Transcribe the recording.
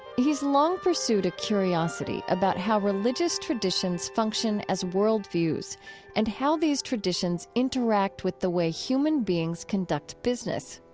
he's long pursued a curiosity about how religious traditions function as worldviews and how these traditions interact with the way human beings conduct business.